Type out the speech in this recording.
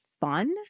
fun